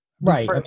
Right